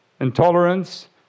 Intolerance